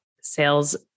sales